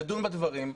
לדון בדברים,